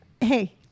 Hey